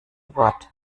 wort